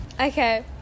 Okay